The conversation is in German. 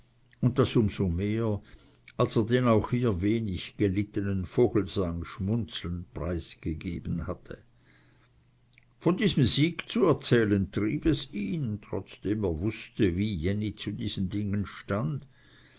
und das um so mehr als er den auch hier wenig gelittenen vogelsang schmunzelnd preisgegeben hatte von diesem siege zu erzählen trieb es ihn trotzdem er wußte wie jenny zu diesen dingen stand